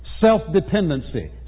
self-dependency